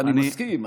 ואני מסכים,